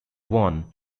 one